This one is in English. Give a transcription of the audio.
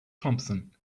thompson